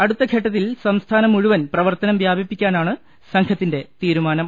അടുത്ത ഘട്ട ത്തിൽ സംസ്ഥാനം മുഴുവൻ പ്രവർത്തനം വ്യാപിപ്പിക്കാനാണ് സംഘ ത്തിന്റെ തീരുമാനം